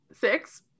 six